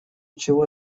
чего